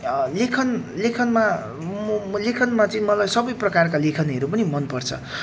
लेखन लेखनमा म लेखनमा चाहिँ मलाई सबै प्रकारका लेखनहरू पनि मनपर्छ